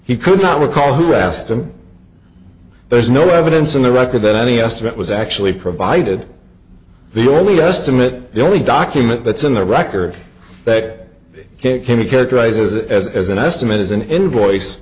he could not recall who asked him there's no evidence in the record that any estimate was actually provided the only estimate the only document that's in the record that came characterizes it as an estimate is an invoice